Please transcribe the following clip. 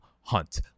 Hunt